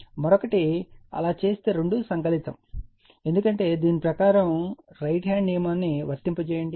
మరొకటి అలా చేస్తే ఈ రెండు సంకలితం అని తెలుస్తుంది ఎందుకంటే దీని ప్రకారం రైట్ హ్యాండ్ నియమం వర్తింపచేయండి